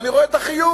ואני רואה את החיוך.